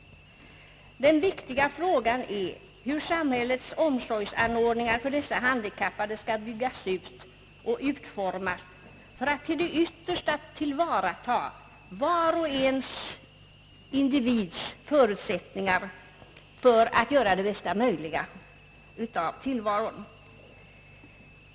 Den viktiga frågan är hur samhällets omsorgsanordningar för dessa handikappade skall byggas ut och utformas för att till det yttersta tillvarata förutsättningarna hos varje individ att göra det bästa möjliga av tillvaron.